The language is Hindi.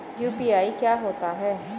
यू.पी.आई क्या होता है?